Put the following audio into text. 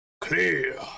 clear